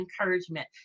encouragement